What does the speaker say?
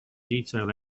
detail